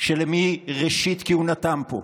שמראשית כהונתם פה,